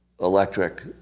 electric